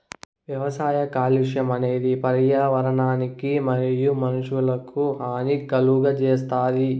వ్యవసాయ కాలుష్యం అనేది పర్యావరణానికి మరియు మానవులకు హాని కలుగజేస్తాది